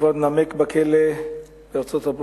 שנמק בכלא בארצות-הברית